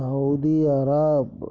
Saudi Arabia